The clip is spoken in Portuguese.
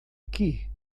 aqui